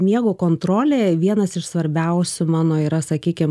miego kontrolė vienas iš svarbiausių mano yra sakykim